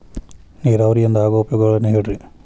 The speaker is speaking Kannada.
ನೇರಾವರಿಯಿಂದ ಆಗೋ ಉಪಯೋಗಗಳನ್ನು ಹೇಳ್ರಿ